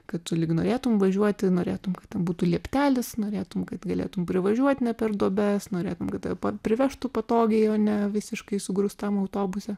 kad tu lyg norėtum važiuoti norėtum kad būtų lieptelis norėtum kad galėtum privažiuot net per duobes norėtum kad tave pa privežtų patogiai o ne visiškai sugrūstam autobuse